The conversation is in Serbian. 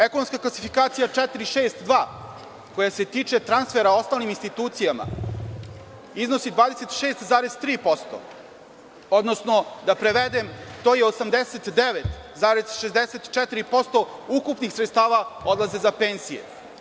Ekonomska klasifikacija 462, koja se tiče transfera osnovnim institucijama, iznosi 26,3%, odnosno da prevedem, to je 89,64% ukupnih sredstava odlazi za penzije.